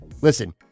Listen